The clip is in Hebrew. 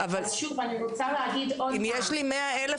אז שוב אני רוצה להגיד עוד פעם -- אם יש לי 100 אלף